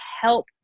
help